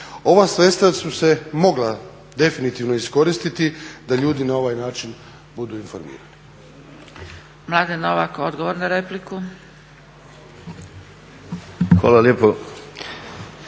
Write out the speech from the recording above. Ova sredstva su se mogla definitivno iskoristiti da ljudi na ovaj način budu informirani